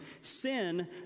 sin